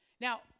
Now